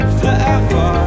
forever